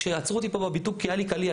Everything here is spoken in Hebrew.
כשעצרו אותי פה בבידוק כי היה לי קליע,